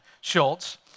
Schultz